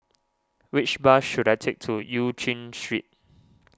which bus should I take to Eu Chin Street